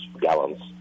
gallons